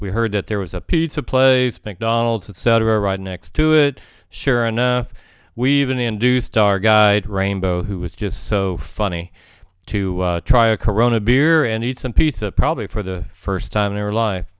we heard that there was a pizza place mcdonald's etc right next to it sure enough we even induced our guide rainbow who was just so funny to try a corona beer and eat some pizza probably for the first time in our life